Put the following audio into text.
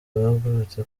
bagarutse